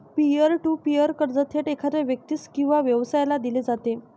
pier to peer कर्ज थेट एखाद्या व्यक्तीस किंवा व्यवसायाला दिले जाते